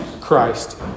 Christ